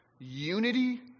Unity